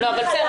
--- קטי שטרית,